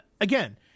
again